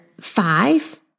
five